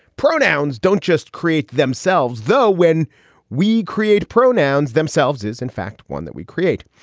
pronouns don't just create themselves, though. when we create pronouns themselves is in fact, one that we create.